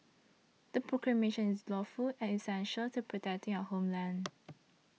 the proclamation is lawful and essential to protecting our homeland